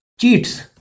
cheats